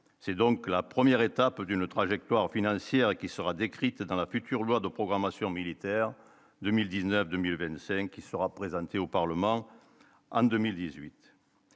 c'est donc la première étape d'une trajectoire financière qui sera décrite dans la future loi de programmation militaire 2019, 2000 Evensen qui sera présenté au Parlement en 2018,